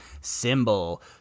symbol